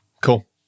Cool